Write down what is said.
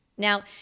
Now